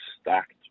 stacked